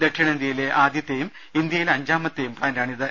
ദക്ഷിണേന്ത്യയിലെ ആദ്യത്തേയും ഇന്ത്യയിലെ അഞ്ചാമത്തെയും പ്ലാന്റാണിത്